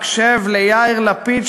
הקשב ליאיר לפיד,